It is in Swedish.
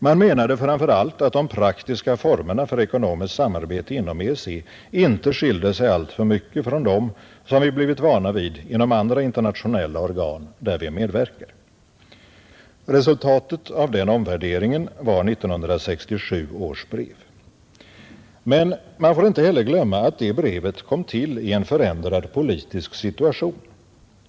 Man menade framför allt att de praktiska formerna för ekonomiskt samarbete inom EEC inte skilde sig alltför mycket från dem som vi blivit vana vid inom andra internationella organ där vi medverkar. Resultatet av den omvärderingen var 1967 års brev. Men man fåsheller inte glömma att det brevet kom till i en förändrad politisk situation.